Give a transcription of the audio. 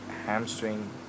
hamstring